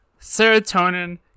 Serotonin